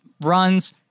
runs